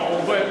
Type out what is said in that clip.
לא לא לא.